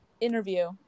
interview